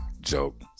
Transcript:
joke